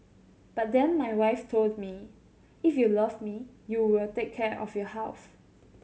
but then my wife told me if you love me you will take care of your health